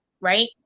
right